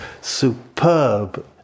superb